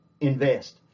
invest